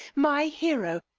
my hero,